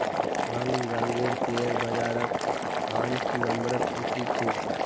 हांग कांगेर शेयर बाजार पांच नम्बरत स्थित छेक